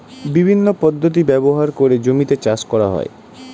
বিভিন্ন পদ্ধতি ব্যবহার করে জমিতে চাষ করা হয়